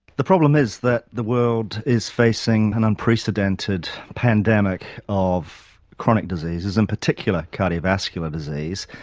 the problem is that the world is facing an unprecedented pandemic of chronic diseases, and particular cardiovascular disease.